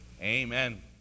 Amen